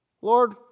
Lord